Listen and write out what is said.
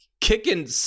kicking